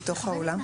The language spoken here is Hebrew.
האולם.